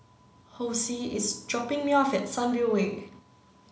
Hosea is dropping me off at Sunview Way